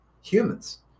humans